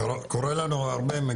קורא לנו הרבה.